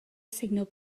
signal